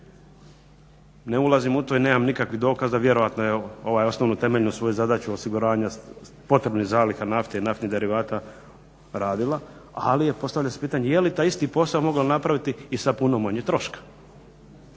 Ne ulazim u to i nemam nikakvih dokaza, vjerojatno je osnovnu temeljnu svoju zadaću osiguranja potrebnih zaliha nafte i naftnih derivata radila, ali postavlja se pitanje je li taj isti posao mogla napraviti i sa puno manje troška.